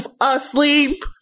asleep